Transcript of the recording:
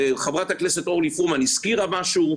חברת הכנסת אורלי פרומן הזכירה משהו,